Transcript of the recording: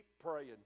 praying